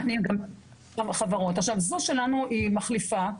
עכשיו זו שלנו היא מחליפה,